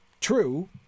true